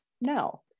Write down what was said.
no